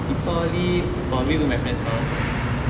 deepavali probably going to my friends house